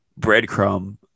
breadcrumb